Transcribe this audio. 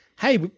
Hey